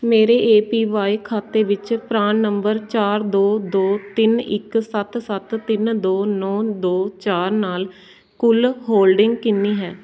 ਮੇਰੇ A P Y ਖਾਤੇ ਵਿੱਚ ਪਰਾਨ ਨੰਬਰ ਚਾਰ ਦੋ ਦੋ ਤਿੰਨ ਇੱਕ ਸੱਤ ਸੱਤ ਤਿੰਨ ਦੋ ਨੌ ਦੋ ਚਾਰ ਨਾਲ ਕੁੱਲ ਹੋਲਡਿੰਗ ਕਿੰਨੀ ਹੈ